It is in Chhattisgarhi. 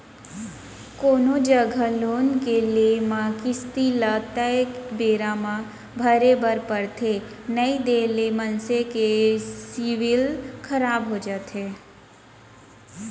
कोनो जघा लोन के लेए म किस्ती ल तय बेरा म भरे बर परथे नइ देय ले मनसे के सिविल खराब हो जाथे